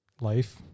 life